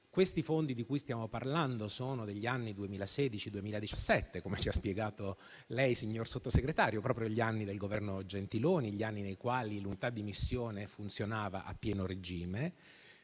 sé. I fondi di cui stiamo parlando sono degli anni 2016-2017, come ha spiegato lei, signor Sottosegretario, proprio gli anni del Governo Gentiloni, nei quali l'unità di missione funzionava a pieno regime.